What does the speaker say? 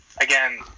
Again